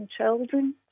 children